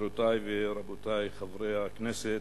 גבירותי ורבותי חברי הכנסת,